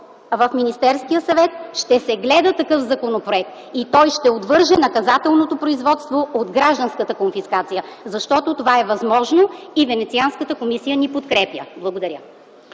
в Министерския съвет ще се гледа такъв законопроект и той ще отвърже наказателното производство от гражданската конфискация, защото това е възможно и Венецианската комисия ни подкрепя. Благодаря.